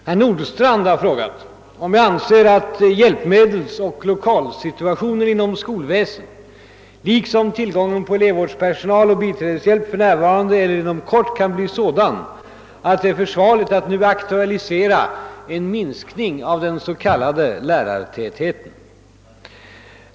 Herr Nordstrandh har frågat, om jag anser att hjälpmedelsoch lokalsituationen inom skolväsendet liksom tillgången på elevvårdspersonal och biträdeshjälp för närvarande är eller inom kort kan bli sådan, att det är försvarligt att nu aktualisera en minskning av den s.k. lärartätheten.